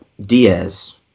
Diaz